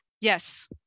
Yes